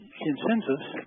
consensus